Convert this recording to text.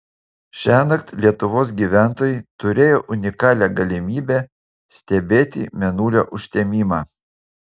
šiąnakt lietuvos gyventojai turėjo unikalią galimybę stebėti mėnulio užtemimą